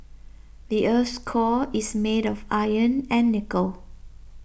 the earth's core is made of iron and nickel